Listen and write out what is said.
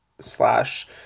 slash